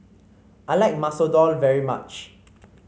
I like Masoor Dal very much